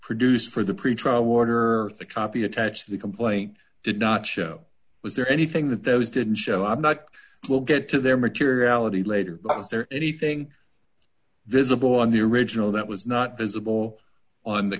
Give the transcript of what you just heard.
produce for the pretrial order the copy attach to the complaint did not show was there anything that those didn't show i'm not we'll get to there materiality later but was there anything visible on the original that was not visible on the